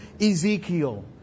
Ezekiel